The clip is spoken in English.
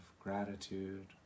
gratitude